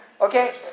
Okay